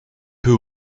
peu